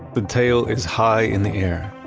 the tail is high in the air.